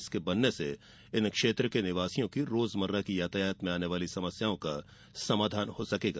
इसके बनने से इन क्षेत्रों के निवासियों को रोजमर्रा की यातायात में आने वाली समस्याओं का समाधान हो सकेगा